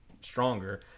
stronger